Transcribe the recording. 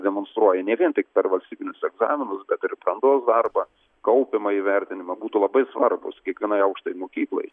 demonstruoji ne vien tik per valstybinius egzaminus bet ir brandos darbą kaupiamąjį vertinimą būtų labai svarbūs kiekvienai aukštajai mokyklai